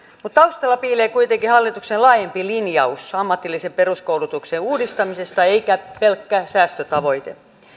mutta taustalla piilee kuitenkin hallituksen laajempi linjaus ammatillisen peruskoulutuksen uudistamisesta eikä pelkkä säästötavoite